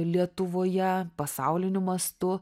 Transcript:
lietuvoje pasauliniu mastu